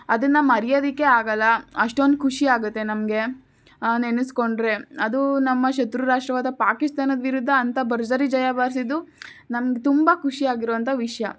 ಅದನ್ನು ಮರೆಯೋದಿಕ್ಕೆ ಆಗಲ್ಲ ಅಷ್ಟೊಂದು ಖುಷಿ ಆಗುತ್ತೆ ನಮಗೆ ನೆನಸಿಕೊಂಡ್ರೆ ಅದು ನಮ್ಮ ಶತ್ರು ರಾಷ್ಟ್ರವಾದ ಪಾಕಿಸ್ತಾನದ ವಿರುದ್ದ ಅಂಥ ಭರ್ಜರಿ ಜಯ ಬಾರಿಸಿದ್ದು ನಮ್ಗೆ ತುಂಬ ಖುಷಿಯಾಗಿರುವಂತಹ ವಿಷಯ